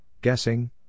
guessing